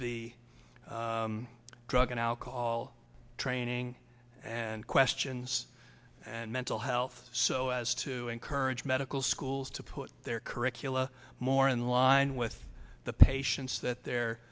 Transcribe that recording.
the drug and alcohol training and questions and mental health so as to encourage medical schools to put their curricula more in line with the patients that their